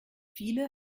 viele